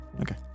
Okay